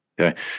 Okay